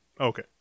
okay